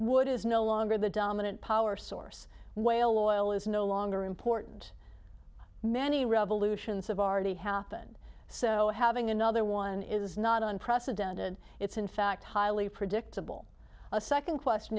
wood is no longer the dominant power source whale oil is no longer important many revolutions have already happened so having another one is not unprecedented it's in fact highly predictable a second question